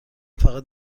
فقط